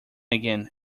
again